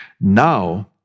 Now